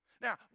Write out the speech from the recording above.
Now